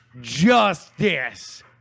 justice